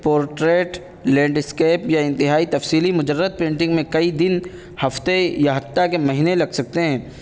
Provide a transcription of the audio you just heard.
portrait landscape یا انتہائی تفصیلی مجرد پینٹنگ میں کئی دن ہفتے یا حتیٰ کہ مہینے لگ سکتے ہیں